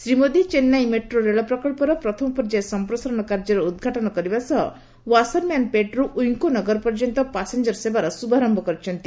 Shri Modi Chennai metro ରେଳ ପ୍ରକଳ୍ପର ପ୍ରଥମ ପର୍ଯ୍ୟାୟ ସମ୍ପ୍ରସାରଣ କାର୍ଯ୍ୟର ଉଦ୍ଘାଟନ କରିବା ସହ ୱାସରମ୍ୟାନ୍ପେଟ୍ ରୁ ୱିଙ୍କୋ ନଗର ପର୍ଯ୍ୟନ୍ତ ପାସେଞ୍ଜର ସେବାର ଶୁଭାରମ୍ଭ କରିଛନ୍ତି